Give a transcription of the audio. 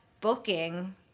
booking